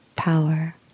power